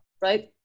right